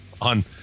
on